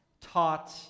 taught